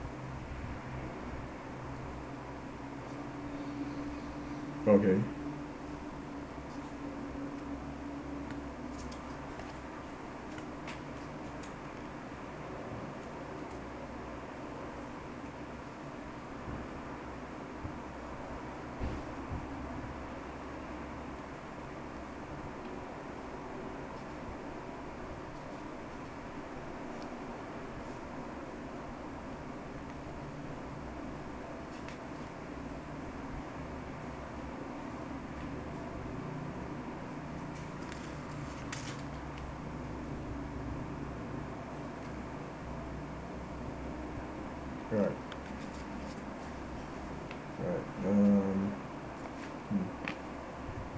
okay right right um mm